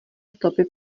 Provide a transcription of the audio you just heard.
stopy